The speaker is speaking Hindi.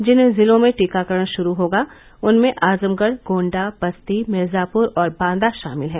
जिन जिलों में टीकाकरण शुरू होगा उनमें आजमगढ़ गोण्डा बस्ती मिर्जापुर और बादा शामिल हैं